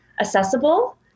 accessible